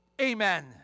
amen